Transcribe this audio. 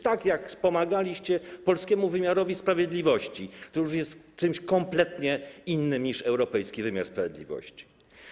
Tak jak wspomagaliście polski wymiar sprawiedliwości, który już jest czymś kompletnie innym niż europejski wymiar sprawiedliwości.